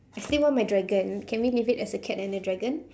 I still want my dragon can we leave it as a cat and a dragon